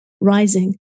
rising